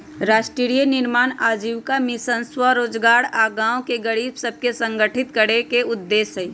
राष्ट्रीय ग्रामीण आजीविका मिशन स्वरोजगार आऽ गांव के गरीब सभके संगठित करेके उद्देश्य हइ